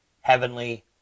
Heavenly